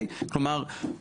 כלומר,